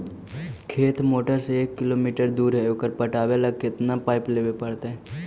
खेत मोटर से एक किलोमीटर दूर है ओकर पटाबे ल केतना पाइप लेबे पड़तै?